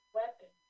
weapon